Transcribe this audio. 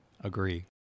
Agree